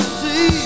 see